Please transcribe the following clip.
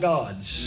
God's